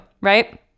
right